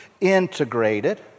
integrated